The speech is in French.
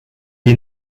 est